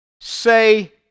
say